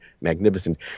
magnificent